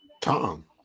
Tom